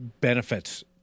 benefits